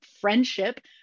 friendship